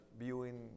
viewing